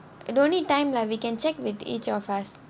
I don't need time lah we can check with each of us